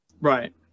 Right